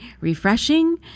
refreshing